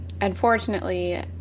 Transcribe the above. unfortunately